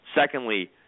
secondly